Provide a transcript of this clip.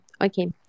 okay